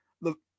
Look